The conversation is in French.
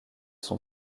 sont